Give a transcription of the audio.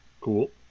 Cool